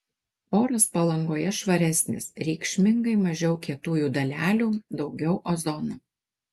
oras palangoje švaresnis reikšmingai mažiau kietųjų dalelių daugiau ozono